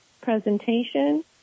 presentation